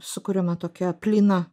sukuriama tokia plyna